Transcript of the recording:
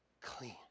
clean